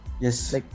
Yes